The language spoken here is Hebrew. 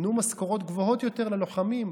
תנו משכורות גבוהות יותר ללוחמים,